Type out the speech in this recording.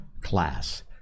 class